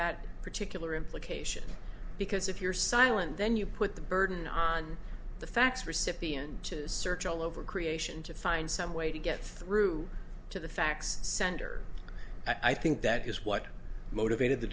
that particular implication because if you're silent then you put the burden on the fax recipient to search all over creation to find some way to get through to the fax sender i think that is what motivated the